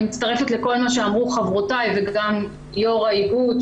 אני מצטרפת לכל מה שאמרו חברותיי וגם יושבת-ראש האיגוד,